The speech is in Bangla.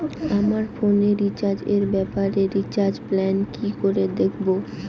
আমার ফোনে রিচার্জ এর ব্যাপারে রিচার্জ প্ল্যান কি করে দেখবো?